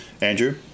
Andrew